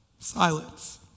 Silence